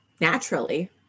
Naturally